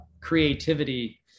creativity